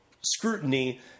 scrutiny